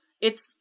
it's-